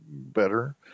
better